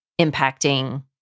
impacting